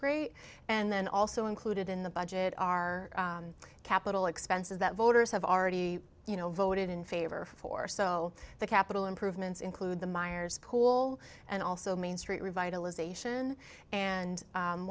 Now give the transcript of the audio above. great and then also included in the budget are capital expenses that voters have already you know voted in favor for so the capital improvements include the myers school and also main street revitalization and